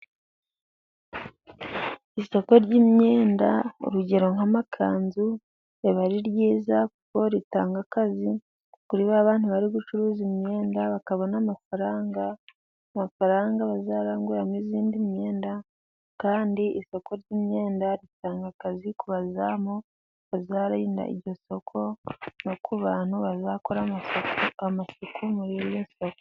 Isoko ry'imyenda, urugero nka amakanzu, riba ari ryiza kuko ritanga akazi kuri ba bantu bari gucuruza imyenda, bakabona amafaranga, amafaranga bazaranguramo indi myenda, kandi isoko ry'imyenda ritanga akazi ku bazamu bazarinda iryo soko no ku bantu bazakora amaku amasuku muri iri soko.